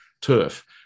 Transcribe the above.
turf